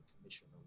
commissioner